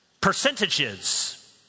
percentages